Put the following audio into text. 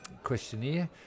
Questionnaire